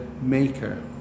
maker